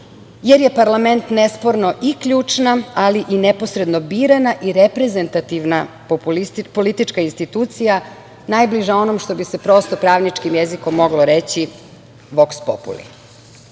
jer je parlament nesporno i ključna, ali i neposredno birana i reprezentativna politička institucija, najbliža onom što bi se prosto pravničkim jezikom moglo reći - "voks